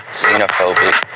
xenophobic